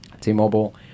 T-Mobile